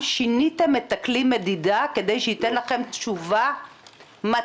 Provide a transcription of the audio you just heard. שיניתם את כלי המדידה כדי שייתן לכם תשובה מתאימה,